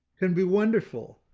can be wonderful.